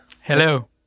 Hello